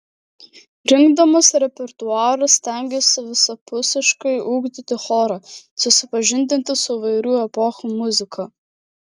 rinkdamas repertuarą stengiuosi visapusiškai ugdyti chorą supažindinti su įvairių epochų muzika